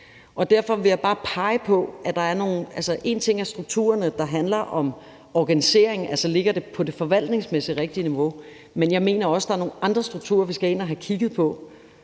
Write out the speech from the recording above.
Derfor vil jeg bare pege på, at en ting er strukturen i forhold til organisering, altså om det ligger på det rigtige forvaltningsmæssige niveau, men noget andet er, mener jeg, at der også er nogle andre strukturer, vi skal ind og have kigget på,